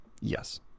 yes